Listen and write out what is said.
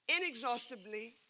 inexhaustibly